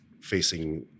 facing